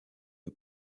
une